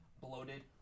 bloated